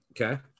Okay